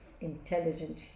intelligent